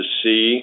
see